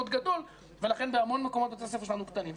גדול ולכן במקומות רבים בתי הספר שלנו קטנים.